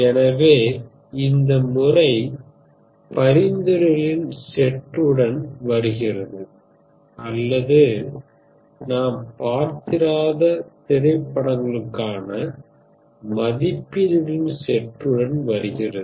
எனவே இந்த முறை பரிந்துரைகளின் செட்டுடன் வருகிறது அல்லது நாம் பார்த்திராத திரைப்படங்களுக்கான மதிப்பீடுகளின் செட்டுடன் வருகிறது